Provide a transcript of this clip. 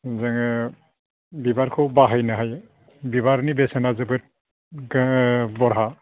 जोङो बिबारखौ बाहायनो हायो बिबारनि बेसेना जोबोद बह्रा